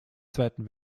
zweiten